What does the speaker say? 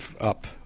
up